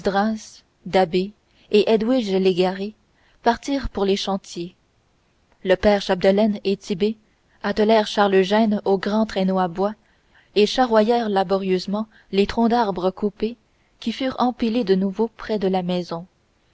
et edwige légaré repartirent pour les chantiers le père chapdelaine et tit'bé attelèrent charles eugène au grand traîneau à bois et charroyèrent laborieusement les troncs coupés qui furent empilés de nouveau près de la maison